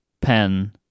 pen